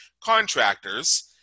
contractors